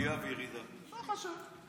נעלה ונרד כל חמש דקות.